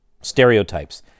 stereotypes